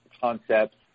concepts